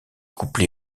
couplé